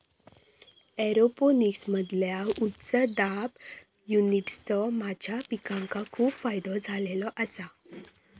एरोपोनिक्समधील्या उच्च दाब युनिट्सचो माझ्या पिकांका खूप फायदो झालेलो आसा